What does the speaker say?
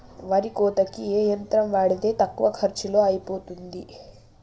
వరి కోతకి ఏ యంత్రం వాడితే తక్కువ ఖర్చులో అయిపోతుంది?